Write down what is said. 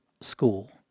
school